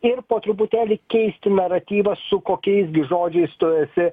ir po truputėlį keisti naratyvą su kokiais gi žodžiais tu esi